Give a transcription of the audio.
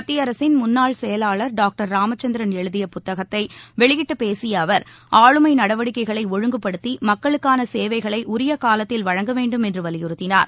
மத்திய அரசின் முன்னாள் செயலாளர் டாக்டர் ராமச்சந்திரன் எழுதிய புத்தகத்தை வெளியிட்டு பேசிய அவர் ஆளுமை நடவடிக்கைகளை ஒழுங்குபடுத்தி மக்களுக்கான சேவைகளை உரிய காலத்தில் வழங்க வேண்டும் என்று வலியுறுத்தினார்